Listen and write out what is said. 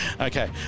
Okay